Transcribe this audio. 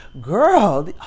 girl